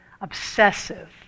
obsessive